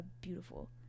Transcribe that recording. beautiful